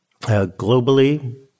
Globally